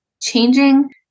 changing